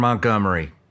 Montgomery